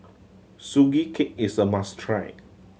Sugee Cake is a must try